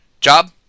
job